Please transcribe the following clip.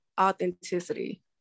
authenticity